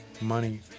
money